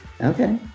Okay